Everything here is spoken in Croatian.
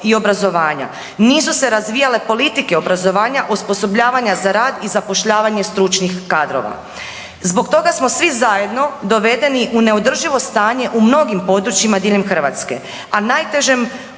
i obrazovanja, nisu se razvijale politike obrazovanja, osposobljavanja za rad i zapošljavanje stručnih kadrova. Zbog toga smo svi zajedno dovedeni u neodrživo stanje u mnogim područjima diljem Hrvatske, a najtežom